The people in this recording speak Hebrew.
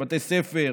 בית ספר,